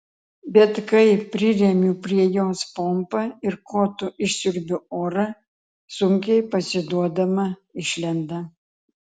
bet kai priremiu prie jos pompą ir kotu išsiurbiu orą sunkiai pasiduodama išlenda